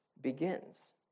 begins